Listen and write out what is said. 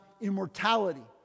immortality